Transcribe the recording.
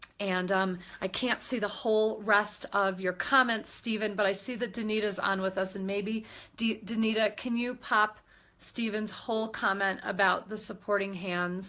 and um i can't see the whole rest of your comments stephen but i see that danita is on with us and maybe danita, can you pop stephen's whole comment about the supporting hands